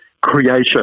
creation